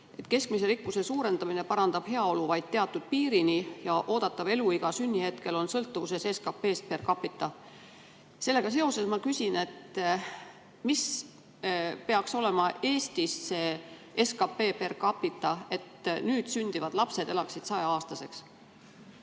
keskmise rikkuse suurendamine parandab heaolu vaid teatud piirini ja oodatav eluiga sünnihetkel on sõltuvuses SKT-stpercapita. Sellega seoses ma küsin nii: mis peaks olema Eestis see SKTpercapita, et nüüd sündivad lapsed elaksid 100‑aastaseks?